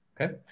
Okay